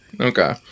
Okay